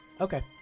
Okay